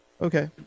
Okay